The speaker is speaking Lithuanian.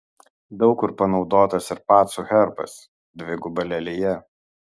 daug kur panaudotas ir pacų herbas dviguba lelija